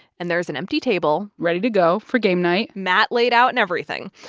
and there's an empty table. ready to go for game night mat laid out and everything.